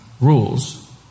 rules